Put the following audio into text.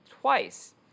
twice